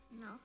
No